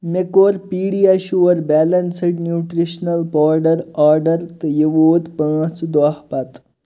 مےٚ کوٚر PediaSure balanced nutritional powder order تہٕ یہِ ووت پانٛژھ دۄہ پتہٕ